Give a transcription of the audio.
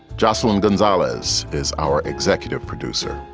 jocelyn gonzalez is our executive producer.